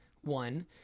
One